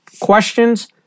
questions